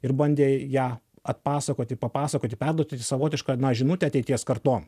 ir bandė ją atpasakoti papasakoti perduoti savotišką na žinutę ateities kartom